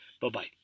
Bye-bye